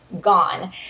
Gone